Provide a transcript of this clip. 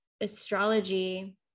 astrology